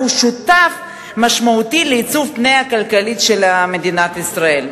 והוא שותף משמעותי בעיצוב פניה הכלכליים של מדינת ישראל.